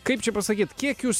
kaip čia pasakyt kiek jūs